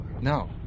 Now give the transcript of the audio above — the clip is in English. No